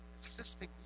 assisting